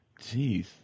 Jeez